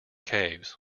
caves